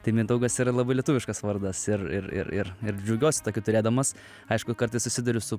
tai mindaugas yra labai lietuviškas vardas ir ir ir ir ir džiaugiuosi tokį turėdamas aišku kartais susiduriu su